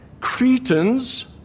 Cretans